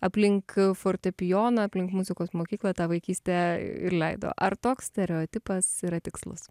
aplink fortepijoną aplink muzikos mokyklą tą vaikystę ir leido ar toks stereotipas yra tikslus